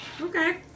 Okay